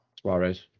Suarez